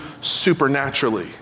supernaturally